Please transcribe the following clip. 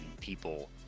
people